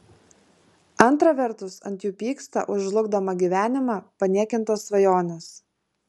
antra vertus ant jų pyksta už žlugdomą gyvenimą paniekintas svajones